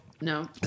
No